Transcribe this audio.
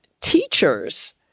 teachers